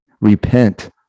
Repent